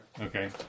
Okay